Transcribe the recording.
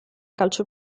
calcio